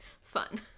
fun